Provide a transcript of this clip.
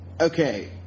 Okay